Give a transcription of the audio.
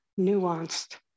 nuanced